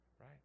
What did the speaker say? Right